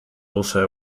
also